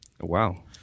Wow